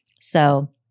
So-